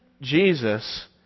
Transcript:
Jesus